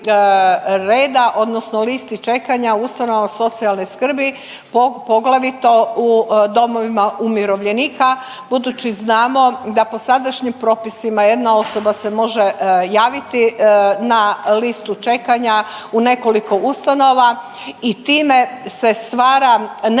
odnosno listi čekanja u ustanovama socijalne skrbi, poglavito u domovima umirovljenika, budući znamo da po sadašnjim propisima jedna osoba se može javiti na listu čekanja u nekoliko ustanova i time se stvara nerealna